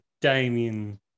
Damien